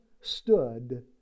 stood